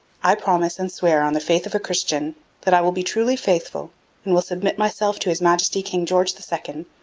i promise and swear on the faith of a christian that i will be truly faithful and will submit myself to his majesty king george the second,